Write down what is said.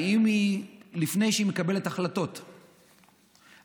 האם לפני שהיא מקבלת החלטות תקציביות,